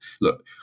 look